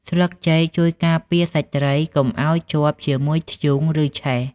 ស្លឹកចេកជួយការពារសាច់ត្រីកុំឲ្យជាប់ជាមួយធ្យូង ឬឆេះ។